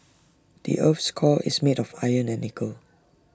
the Earth's core is made of iron and nickel